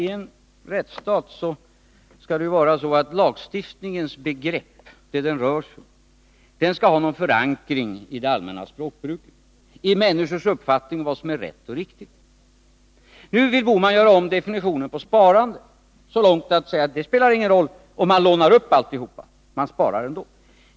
Herr talman! I en rättsstat skall ju lagstiftningens begrepp — det som den rör sig om — ha en förankring i det allmänna språkbruket och i människors uppfattning om vad som är rätt och riktigt. Nu vill Gösta Bohman göra om definitionen på sparande så långt att han säger att det inte spelar någon roll om man lånar upp hela beloppet, eftersom man sparar ändå.